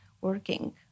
working